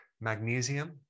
magnesium